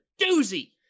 doozy